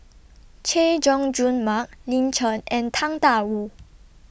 Chay Jung Jun Mark Lin Chen and Tang DA Wu